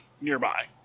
nearby